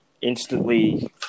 Instantly